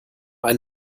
ein